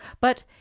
But